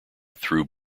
through